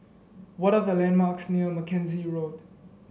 what are the landmarks near Mackenzie Road